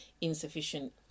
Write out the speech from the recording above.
insufficient